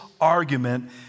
argument